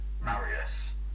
Marius